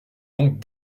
donc